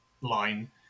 line